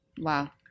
wow